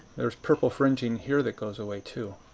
there's purple fringing here that goes away too.